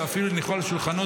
ואפילו הניחו על שולחנו,